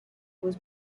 was